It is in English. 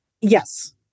Yes